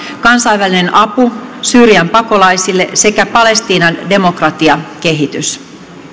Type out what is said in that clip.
kansainvälinen apu syyrian pakolaisille sekä palestiinan demokratiakehitys